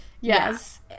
yes